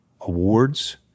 awards